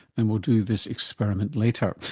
and we'll do this experiment later.